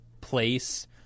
place